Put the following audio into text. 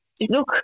Look